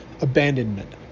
Abandonment